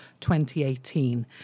2018